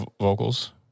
vocals